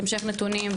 המשך נתונים,